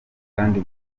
kandi